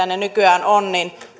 ne nykyään ovat niin